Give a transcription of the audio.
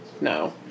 No